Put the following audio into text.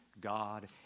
God